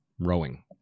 rowing